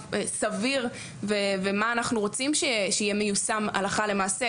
סביר ומה אנחנו רוצים שיהיה מיושם הלכה למעשה.